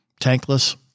tankless